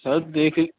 سر دیکھی